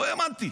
לא האמנתי.